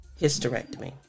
hysterectomy